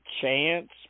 chance